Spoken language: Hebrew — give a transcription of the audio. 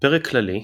פרק כללי,